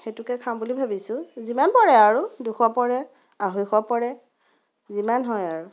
সেইটোকে খাম বুলি ভাবিছোঁ যিমান পৰে আৰু দুইশ পৰে আঢ়ৈশ পৰে যিমান হয় আৰু